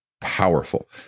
powerful